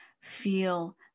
feel